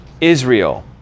Israel